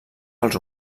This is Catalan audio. pels